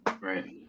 Right